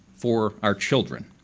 for our children.